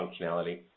functionality